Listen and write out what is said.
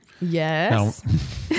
Yes